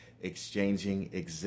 exchanging